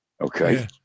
Okay